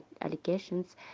allegations